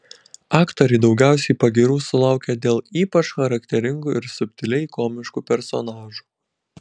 aktoriai daugiausiai pagyrų sulaukia dėl ypač charakteringų ir subtiliai komiškų personažų